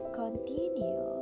continue